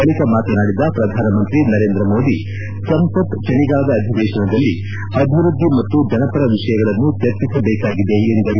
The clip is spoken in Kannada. ಬಳಿಕ ಮಾತನಾಡಿದ ಪ್ರಧಾನಮಂತ್ರಿ ನರೇಂದ್ರ ಮೋದಿ ಸಂಸತ್ ಚಳಿಗಾಲದ ಅಧಿವೇತನದಲ್ಲಿ ಅಭಿವೃದ್ದಿ ಮತ್ತು ಜನಪರ ವಿಷಯಗಳನ್ನು ಚರ್ಚಿಸಬೇಕಾಗಿದೆ ಎಂದರು